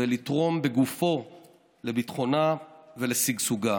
ולתרום בגופו לביטחונה ולשגשוגה.